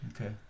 Okay